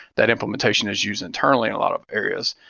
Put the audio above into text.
that implementation is used internally in a lot of areas,